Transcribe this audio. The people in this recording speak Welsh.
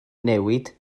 newid